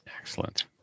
Excellent